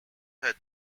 her